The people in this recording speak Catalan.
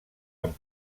amb